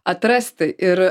atrasti ir